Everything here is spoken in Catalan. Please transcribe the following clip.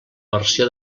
versió